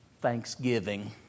thanksgiving